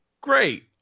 Great